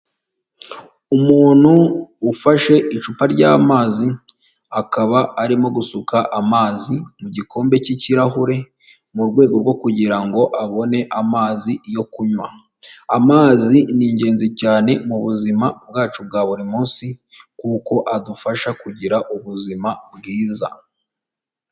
Umuntu ufashe icupa ry'amazi akaba arimo gusuka amazi mu gikombe cy'ikirahure, mu rwego rwo kugirango abone amazi yo kunywa, amazi ni ingenzi cyane mu buzima bwacu bwa buri munsi kuko adufasha kugira ubuzima bwiza.